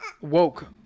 woke